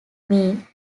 mean